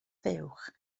fuwch